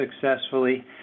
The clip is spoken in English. successfully